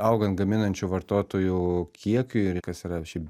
augan gaminančių vartotojų kiekiui ir kas yra šiaip